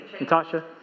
Natasha